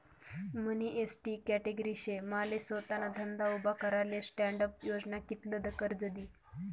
मनी ST category शे माले सोताना धंदा उभा कराले स्टॅण्डअप योजना कित्ल कर्ज दी?